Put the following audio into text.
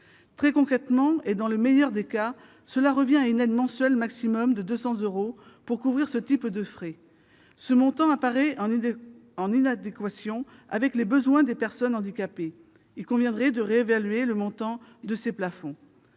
Très concrètement, et dans le meilleur des cas, cela revient à une aide mensuelle maximum de 200 euros pour couvrir ce type de frais. Ce montant apparaît inadapté aux besoins des personnes handicapées. Il conviendrait donc de réévaluer le montant de ces plafonds.